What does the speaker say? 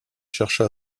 chercha